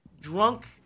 drunk